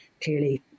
clearly